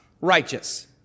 righteous